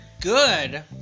good